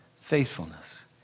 faithfulness